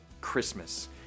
christmas